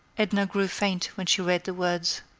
edna grew faint when she read the words.